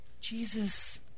Jesus